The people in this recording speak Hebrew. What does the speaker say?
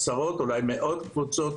עשרות אולי מאות קבוצות,